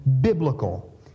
biblical